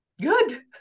good